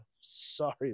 Sorry